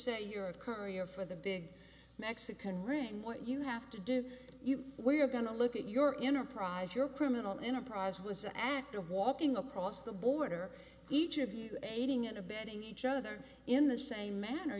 say you're a courier for the big mexican ring what you have to do we are going to look at your enterprise your criminal enterprise was the act of walking across the border each of you aiding and abetting each other in the same manner